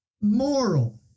moral